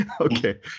Okay